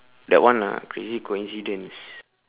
that one ah crazy coincidence